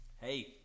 hey